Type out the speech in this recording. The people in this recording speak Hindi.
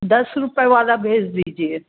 दस रुपए वाला भेज दीजिए